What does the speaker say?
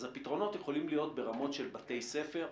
אז הפתרונות יכולים להיות ברמות של בתי הספר.